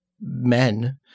men